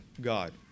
God